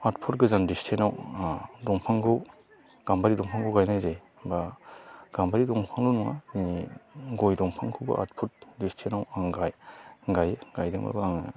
आठ फुट गोजान डिसटेन्सआव दंफांखौ गाम्बारि दंफांखौ गायनाय जायो बा गाम्बारि दंफांल' नङा जोंनि गय दंफांखौबो आठ फुट डिसटेन्सआव आं गायो गायदों र' आङो